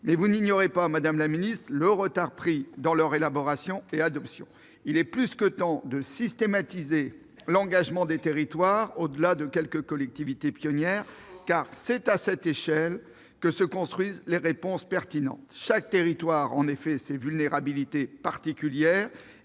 Mais vous n'ignorez pas, madame la ministre, le retard pris dans leur élaboration et leur adoption. Il est plus que temps de systématiser l'engagement des territoires au-delà des quelques collectivités pionnières, car c'est à cette échelle que se construisent les réponses pertinentes. Chaque territoire a en effet ses vulnérabilités particulières